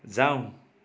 जाऊ